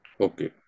okay